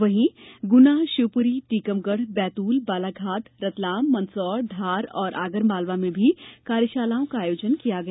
वहीं गुना शिवपुरी टीकमगढ़ बैतूल बालाघाट रतलाम मंदसौर धार और आगरमालवा में भी कार्यशालाओं का आयोजन हुआ